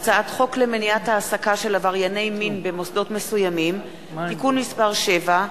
הצעת חוק למניעת העסקה של עברייני מין במוסדות מסוימים (תיקון מס' 7),